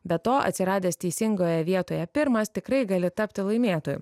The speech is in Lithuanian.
be to atsiradęs teisingoje vietoje pirmas tikrai gali tapti laimėtoju